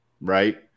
right